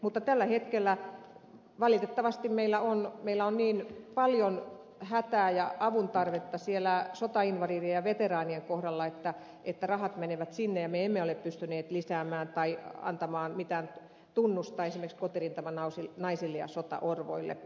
mutta tällä hetkellä valitettavasti meillä on niin paljon hätää ja avun tarvetta siellä sotainvalidien ja veteraanien kohdalla että rahat menevät sinne ja me emme ole pystyneet lisäämään tai antamaan esimerkiksi mitään tunnusta kotirintamanaisille ja sotaorvoille